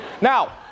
Now